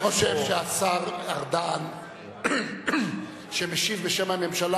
אני חושב שהשר ארדן שמשיב בשם הממשלה,